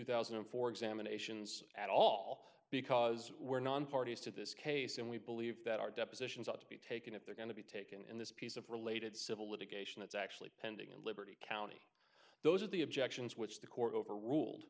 thousand and four examinations at all because we're non parties to this case and we believe that our depositions ought to be taken if they're going to be taken in this piece of related civil litigation that's actually pending in liberty county those are the objections which the court overruled